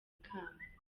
ikamba